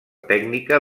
tècnica